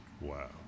Wow